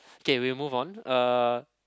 okay we move on uh